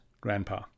Grandpa